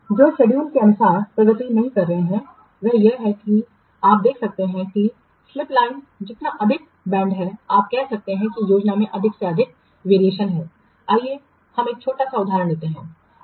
जो शेड्यूल के अनुसार प्रगति नहीं कर रहे हैं वह यह है कि आप देख सकते हैं कि स्लिप लाइन जितना अधिक झुकती है आप कह सकते हैं कि योजना से अधिक से अधिक भिन्नता है आइए हम एक छोटा सा उदाहरण लेते हैं